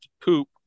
poop